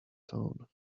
tone